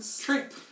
trip